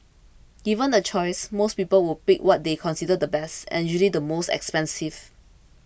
given the choice most people would pick what they consider the best and usually the most expensive